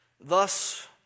Thus